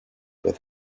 with